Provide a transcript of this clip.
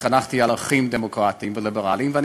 התחנכתי על ערכים דמוקרטיים וליברליים ואני